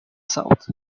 south